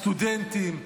הסטודנטים,